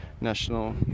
national